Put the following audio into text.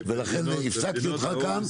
לכן הפסקתי אותך כאן,